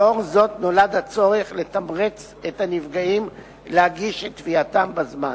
לאור זאת נולד הצורך לתמרץ את הנפגעים להגיש את תביעתם בזמן.